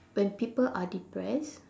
when people are depressed